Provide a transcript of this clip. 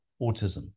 autism